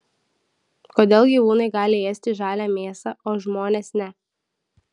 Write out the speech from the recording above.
kodėl gyvūnai gali ėsti žalią mėsą o žmonės ne